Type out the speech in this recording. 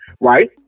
Right